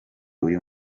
uyu